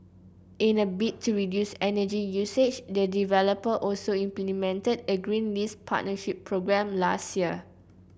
in a bid to reduce energy usage the developer also implemented a green lease partnership programme last year